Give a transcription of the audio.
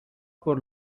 por